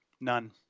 None